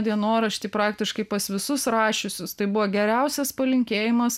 dienoraštį praktiškai pas visus rašiusius tai buvo geriausias palinkėjimas